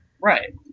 Right